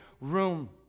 room